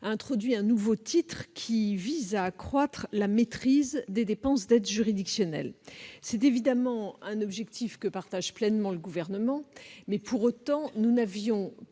a introduit un nouveau titre qui vise à accroître la maîtrise des dépenses d'aide juridictionnelle. C'est évidemment un objectif que partage pleinement le Gouvernement, mais, pour autant, nous n'avions pas